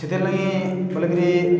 ସେଥିର୍ ଲାଗି ବୋଲିକିରି